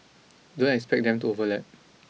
don't expect them to overlap